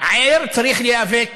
ער צריך להיאבק